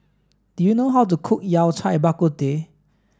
do you know how to cook Yao Cai Bak Kut Teh